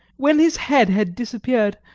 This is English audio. when his head had disappeared,